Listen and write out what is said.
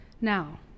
now